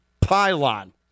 pylon